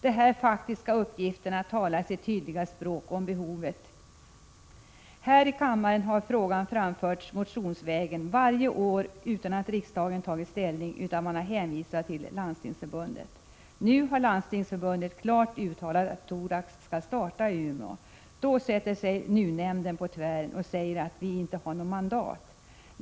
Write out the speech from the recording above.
Dessa faktiska uppgifter talar sitt tydliga språk om behovet. Här i kammaren har frågan framförts motionsvägen varje år utan att riksdagen har tagit ställning. Man har hänvisat till Landstingsförbundet. Nu har Landstingsförbundet klart uttalat att thoraxverksamhet skall starta i Umeå. Men då sätter sig NUU-nämnden på tvären och säger att vi inte har något mandat.